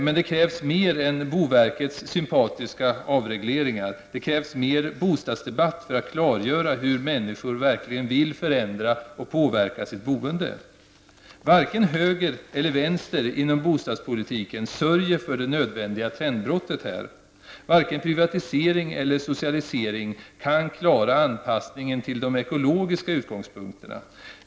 Men det krävs mer än boverkets sympatiska avregleringar. Det krävs mer av bostadsdebatt för att klargöra hur människor verkligen vill förändra och påverka sitt boende. Varken höger eller vänster inom bostadspolitiken sörjer här för det nödvändiga trendbrottet. Varken privatisering eller socialisering kan klara anpassningen till de ekologiska utgångspunkterna.